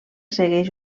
segueix